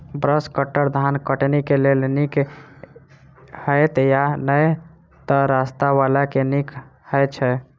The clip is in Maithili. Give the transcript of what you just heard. ब्रश कटर धान कटनी केँ लेल नीक हएत या नै तऽ सस्ता वला केँ नीक हय छै?